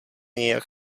nějak